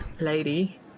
lady